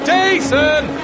Jason